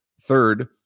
third